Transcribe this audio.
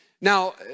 Now